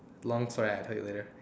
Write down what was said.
long story I'll tell you later